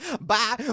Bye